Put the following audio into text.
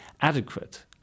adequate